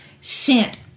sent